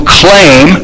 claim